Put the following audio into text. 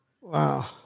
Wow